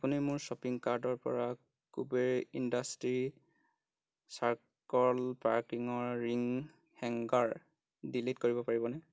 আপুনি মোৰ শ্বপিং কাৰ্টৰ পৰা কুবেৰ ইণ্ডাষ্ট্ৰি চাৰ্কল পাৰ্কিঙৰ ৰিং হেংগাৰ ডিলিট কৰিব পাৰিবনে